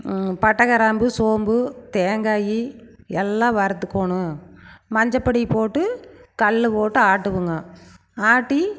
பட்டைகிராம்பு சோம்பு தேங்காய் எல்லாம் வறுத்துக்கணும் மஞ்சப்பொடி போட்டு கல்லில் போட்டு ஆட்டிக்கோங்க ஆட்டி